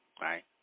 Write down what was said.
right